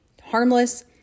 harmless